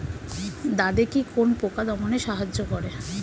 দাদেকি কোন পোকা দমনে সাহায্য করে?